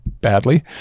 badly